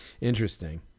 interesting